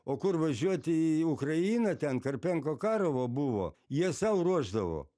o kur važiuoti į ukrainą ten karpenko karovo buvo jie sau ruošdavo